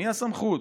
מי הסמכות?